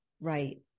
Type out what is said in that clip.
Right